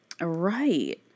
right